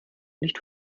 nicht